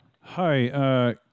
Hi